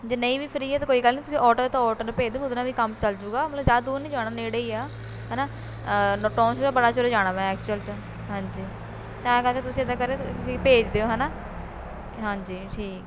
ਜੇ ਨਹੀਂ ਵੀ ਫ੍ਰੀ ਹੈ ਤਾਂ ਕੋਈ ਗੱਲ ਨਹੀਂ ਤੁਸੀਂ ਔਟੋ ਹੈ ਤਾਂ ਔਟੋ ਨੂੰ ਭੇਜ ਦਿਓ ਮੈਂ ਉਹਦੇ ਨਾਲ ਵੀ ਕੰਮ ਚੱਲ ਜੂਗਾ ਮਤਲਬ ਜ਼ਿਆਦਾ ਦੂਰ ਨਹੀਂ ਜਾਣਾ ਨੇੜੇ ਹੀ ਆ ਹੈ ਨਾ ਬਲਾਚੋਰ ਹੈ ਜਾਣਾ ਮੈਂ ਐਕਚੁਅਲ 'ਚ ਹਾਂਜੀ ਤਾਂ ਕਰਕੇ ਤੁਸੀਂ ਇੱਦਾਂ ਕਰਿਓ ਕਿ ਭੇਜ ਦਿਓ ਹੈ ਨਾ ਹਾਂਜੀ ਠੀਕ